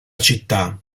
città